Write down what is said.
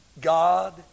God